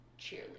cheerleader